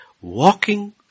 walking